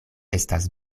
estas